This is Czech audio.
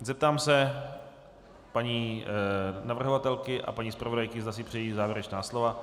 Zeptám se paní navrhovatelky a paní zpravodajky, zda si přejí závěrečná slova.